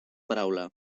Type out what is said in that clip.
paraula